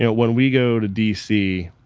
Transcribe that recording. yeah when we go to d c.